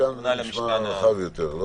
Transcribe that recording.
משכן זה רחב יותר.